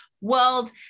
world